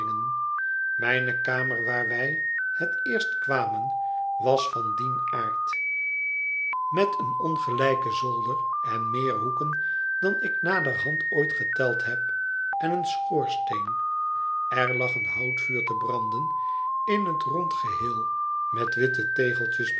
mijne kamer waar wij het eerst kwamen was van dien aard met een ongelijken zolder en meer hoeken dan ik naderhand ooit geteld heb en een schoorsteen er lag een houtvuur te branden in het rond geheel met witte tegeltjes